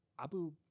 Abu